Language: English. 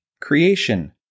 Creation